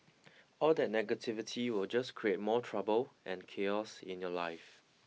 all that negativity will just create more trouble and chaos in your life